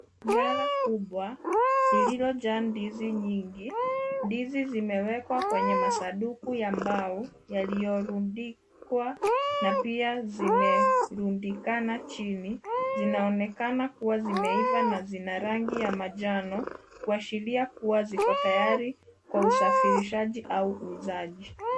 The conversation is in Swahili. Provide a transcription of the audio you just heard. Mlara kubwa lililojaa ndizi nyingi. Ndizi zimewekwa kwenye masanduku ya mbao yaliyorundikwa na pia zimerundikana chini. Zinanaonekana kuwa zimeiva na zina rangi ya manjano kuashiria kuwa ziko tayari kwa usafirishaji au uuzaji.